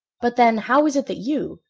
but, then, how is it that you,